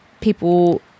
people